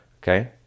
Okay